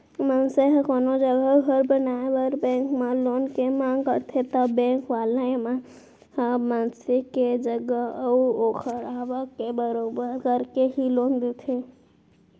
मनसे ह कोनो जघा घर बनाए बर बेंक म लोन के मांग करथे ता बेंक वाले मन ह मनसे के जगा अऊ ओखर आवक के बरोबर करके ही लोन देथे